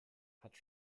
hat